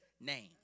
name